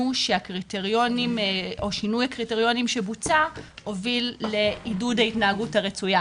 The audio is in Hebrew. שהקריטריונים או שינוי הקריטריונים שבוצע הוביל לעידוד ההתנהגות הרצויה.